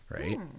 Right